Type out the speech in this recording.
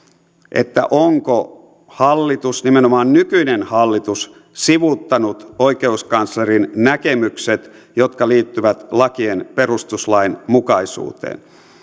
onko hallitus nimenomaan nykyinen hallitus sivuuttanut oikeuskanslerin näkemykset jotka liittyvät lakien perustuslainmukaisuuteen